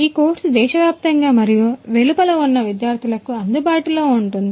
ఈ కోర్సు దేశవ్యాప్తంగా మరియు వెలుపల ఉన్న విద్యార్థులకు అందుబాటులో ఉంటుంది